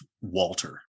Walter